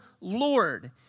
Lord